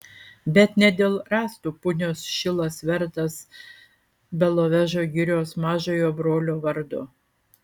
bet ne dėl rąstų punios šilas vertas belovežo girios mažojo brolio vardo